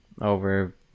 over